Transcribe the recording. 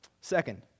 Second